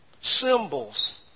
symbols